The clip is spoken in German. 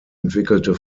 entwickelte